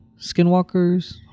Skinwalkers